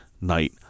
night